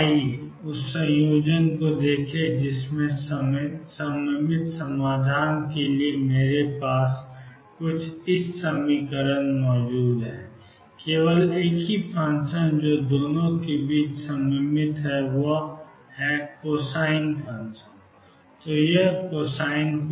अब आइए उस संयोजन को देखें जिसमें सिमिट्रिक समाधान के लिए मेरे पास Ccos βx Dsin βx है केवल एक ही फ़ंक्शन जो दोनों के बीच सिमिट्रिक है वह है कोसाइन